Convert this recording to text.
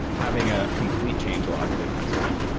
having a complete change log for the past week,